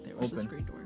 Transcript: Open